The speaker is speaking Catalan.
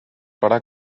farà